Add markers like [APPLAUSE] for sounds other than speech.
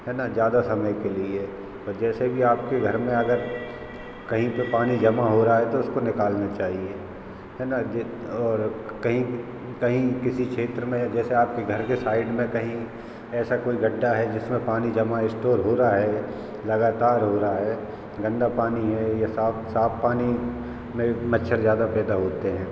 है ना ज़्यादा समय के लिए जैसे भी आपके घर में अगर कहीं पे पानी जमा हो रहा तो उसको निकालन चाहिए है न [UNINTELLIGIBLE] और कहीं कहीं किसी क्षेत्र में जैसे आपके घर के साइड में कहीं ऐसा कोई गड्ढा है जिसमें पानी जमा स्टोर हो रहा है लगातार हो रहा है गंदा पानी है या सा साफ पानी में मच्छर ज़्यादा पैदा होते हैं